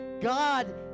God